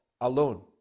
alone